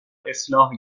اصلاح